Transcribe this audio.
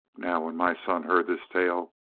now, when my son heard this tale,